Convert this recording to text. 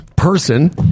Person